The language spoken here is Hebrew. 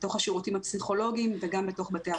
בתוך השירותים הפסיכולוגים וגם בתוך בתי החולים.